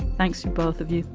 thanks to both of you.